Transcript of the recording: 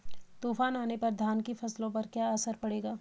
तूफान आने पर धान की फसलों पर क्या असर पड़ेगा?